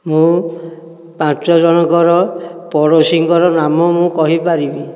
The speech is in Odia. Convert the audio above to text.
ମୁଁ ପାଞ୍ଚଜଣଙ୍କର ପଡ଼ୋଶୀଙ୍କର ନାମ ମୁଁ କହିପାରିବି